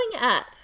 up